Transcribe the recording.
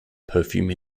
perfume